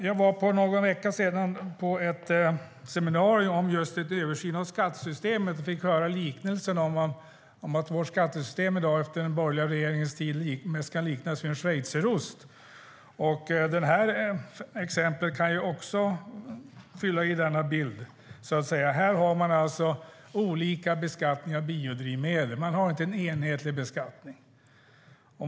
Jag var för någon vecka sedan på ett seminarium just om en översyn av skattesystemet och fick höra liknelsen att vårt skattesystem i dag, efter den borgerliga regeringens tid, mest kan liknas vid en schweizerost. Det exemplet kan också fylla i denna bild: Här har man alltså olika beskattning av biodrivmedel - man har inte en enhetlig beskattning.